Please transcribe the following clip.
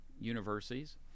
universities